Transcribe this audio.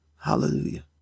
Hallelujah